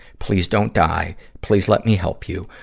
please don't die, please let me help you.